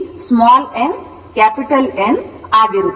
ಇದು ಉತ್ಪತ್ತಿಯಾಗುವ emf ಆಗಿದೆ